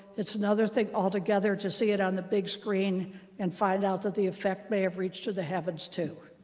it's another thing altogether to see it on the big screen and find out that the effect may have reached to the heavens, too.